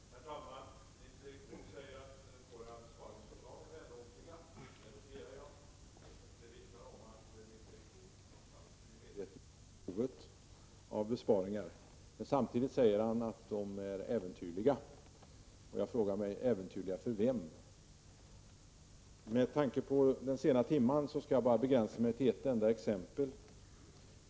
Herr talman! Nils Erik Wååg säger att våra besparingsförslag är vällovliga. Det noterar jag. Det vittnar om att Nils Erik Wååg trots allt är medveten om behovet av besparingar. Men samtidigt säger han att våra besparingar är äventyrliga. Jag frågar mig: Äventyrliga för vem? Med tanke på den sena timmen skall jag begränsa mig till ett enda exempel.